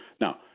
Now